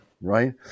Right